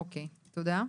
אוקיי, תודה.